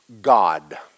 God